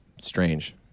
strange